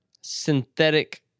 synthetic